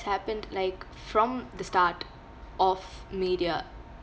happened like from the start of media